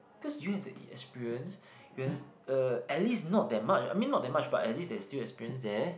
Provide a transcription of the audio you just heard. because you have the inexperience whereas uh at least not that much I mean not that much but at least there is still experience there